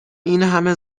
اینهمه